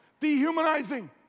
Dehumanizing